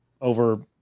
over